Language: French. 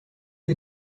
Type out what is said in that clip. les